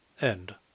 End